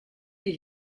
les